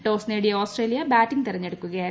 toss നേടിയ Australia batting തെരഞ്ഞെടുക്കുകയായിരുന്നു